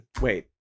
Wait